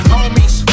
Homies